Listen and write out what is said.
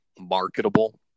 marketable